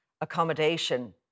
accommodation